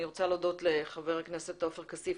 אני רוצה להודות לחבר הכנסת עופר כסיף,